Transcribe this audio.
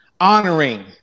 honoring